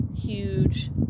huge